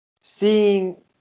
seeing